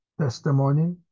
testimony